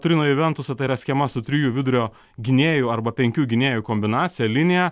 turino juventusą tai yra schema su trijų vidurio gynėjų arba penkių gynėjų kombinacija linija